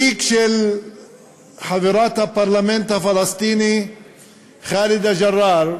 בתיק של חברת הפרלמנט הפלסטיני חאלידה ג'ראר,